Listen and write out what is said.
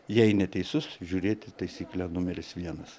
jei neteisus žiūrėti taisyklę numeris vienas